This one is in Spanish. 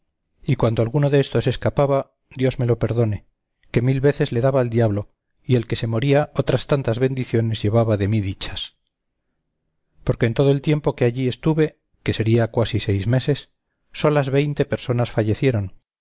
y cuando alguno de éstos escapaba dios me lo perdone que mil veces le daba al diablo y el que se moría otras tantas bendiciones llevaba de mí dichas porque en todo el tiempo que allí estuve que sería cuasi seis meses solas veinte personas fallecieron